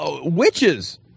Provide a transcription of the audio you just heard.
witches